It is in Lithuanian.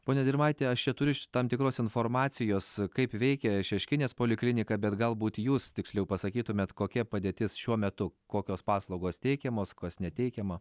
ponia dirmaite aš čia turiu tam tikros informacijos kaip veikė šeškinės poliklinika bet galbūt jūs tiksliau pasakytumėt kokia padėtis šiuo metu kokios paslaugos teikiamos kas neteikiama